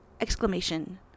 Exclamation